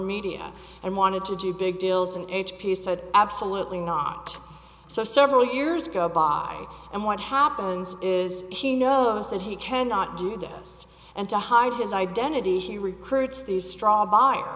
media and wanted to do big deals and h p said absolutely not so several years go by and what happens is he knows that he cannot do this and to hide his identity she recruits these straw